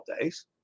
days